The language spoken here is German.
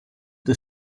des